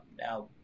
now